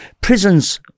Prisons